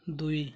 ଦୁଇ